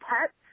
Pets